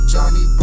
Johnny